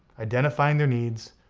identifying their needs,